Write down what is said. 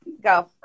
go